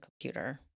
computer